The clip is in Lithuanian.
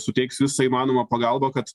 suteiks visą įmanomą pagalbą kad